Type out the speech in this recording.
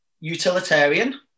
utilitarian